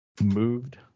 Moved